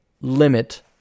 limit